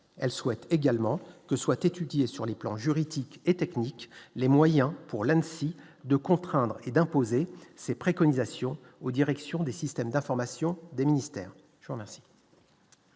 elle souhaite également que soient étudiés sur les plans juridique et technique les moyens pour le MC de contraindre et d'imposer ses préconisations aux directions des systèmes d'information, des ministères, je vous remercie.